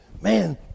man